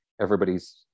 everybody's